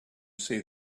see